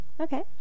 Okay